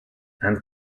and